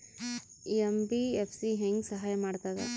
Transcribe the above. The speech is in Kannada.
ಎಂ.ಬಿ.ಎಫ್.ಸಿ ಹೆಂಗ್ ಸಹಾಯ ಮಾಡ್ತದ?